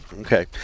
Okay